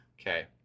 Okay